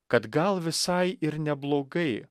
kad gal visai ir neblogai